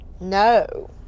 No